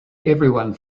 everyone